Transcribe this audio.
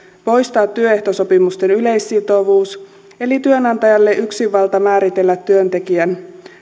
poistaa työehtosopimusten yleissitovuus eli työnantajalle yksinvalta määritellä työntekijän